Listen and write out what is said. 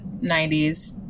90s